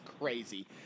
crazy